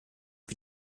mit